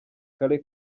kale